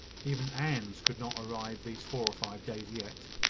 even anne's could not arrive these four or five days yet.